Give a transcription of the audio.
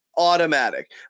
automatic